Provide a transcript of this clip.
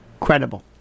Credible